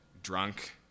Drunk